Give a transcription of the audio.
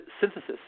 Synthesis